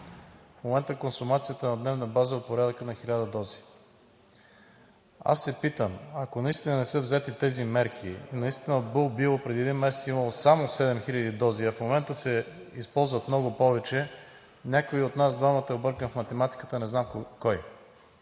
В момента консумацията на дневна база е от порядъка на 1000 дози. Аз се питам, ако настина не са взети тези мерки, наистина в „Бул Био“ преди един месец е имало само 7 хиляди дози, а в момента се използват много повече, някой от нас двамата е объркан в математиката, не знам кой?